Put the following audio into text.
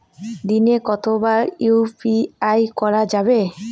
দিনে কতবার ইউ.পি.আই করা যাবে?